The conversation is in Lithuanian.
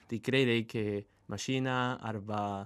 tikrai reikia mašiną arba